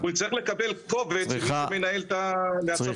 אנחנו נצטרך לקבל קובץ ממי שמנהל מהצבא.